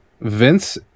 Vince